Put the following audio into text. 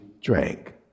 drank